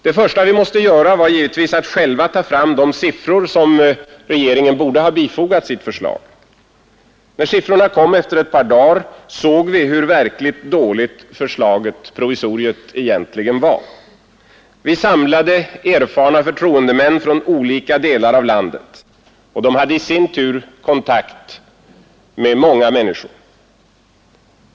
Det första vi måste göra var givetvis att själva ta fram de siffror som regeringen borde ha bifogat sitt förslag. När siffrorna kom efter ett par dagar såg vi hur verkligt dåligt provisoriet var. Vi samlade erfarna förtroendemän från olika delar av landet, och de hade i sin tur kontakt med många människor.